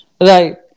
Right